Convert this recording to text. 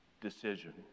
Decision